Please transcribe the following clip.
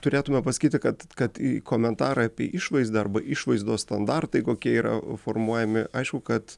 turėtume pasakyti kad kad į komentarą apie išvaizdą arba išvaizdos standartai kokie yra formuojami aišku kad